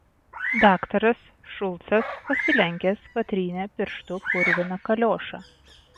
daktaras šulcas pasilenkęs patrynė pirštu purviną kaliošą